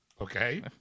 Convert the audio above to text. Okay